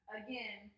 again